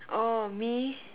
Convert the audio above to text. oh me